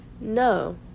No